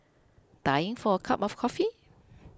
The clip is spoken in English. dying for a cup of coffee